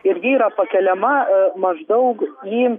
ir ji yra pakeliama maždaug į